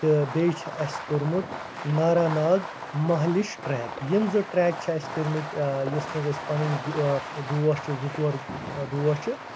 تہٕ بیٚیہِ چھِ اَسہِ کوٚرمُت ناراناگ مہلِش ٹرٛٮ۪ک یِم زٕ ٹرٛٮ۪ک چھِ اَسہِ کٔرۍمٕتۍ یَتھ منٛز أسۍ پَنٕنۍ گرو دوس چھِ زٕ ژور دوس چھِ